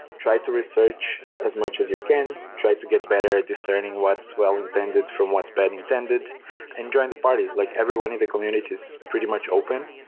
try to research as much as you can. try to get better discerning what's well intended from what's bad intended and join the party, like everyone in the community is pretty much open.